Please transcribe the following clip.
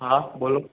હા બોલો